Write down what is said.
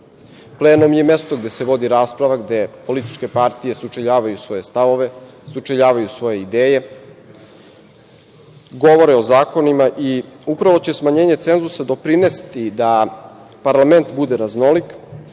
Plenum je mesto gde se vodi rasprava, gde političke partije sučeljavaju svoje stavove, sučeljavaju svoje ideje, govore o zakonima i upravo će smanjenje cenzusa doprineti da parlament bude raznolik